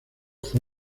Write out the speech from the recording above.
fue